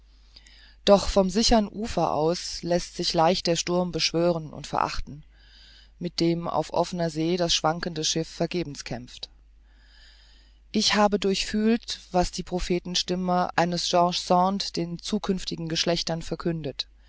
doch vom sichern ufer aus läßt sich leicht der sturm beschwören und verachten mit dem auf offner see das schwankende schiff vergebens kämpft ich habe durchfühlt was die prophetenstimme eines george sand den zukünftigen geschlechtern verkündet